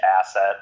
asset